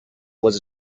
was